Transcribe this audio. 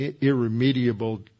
irremediable